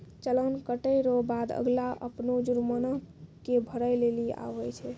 चालान कटे रो बाद अगला अपनो जुर्माना के भरै लेली आवै छै